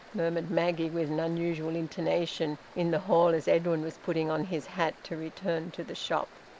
murmured maggie, with an unusual intonation, in the hall, as edwin was putting on his hat to return to the shop.